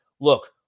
look